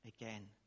again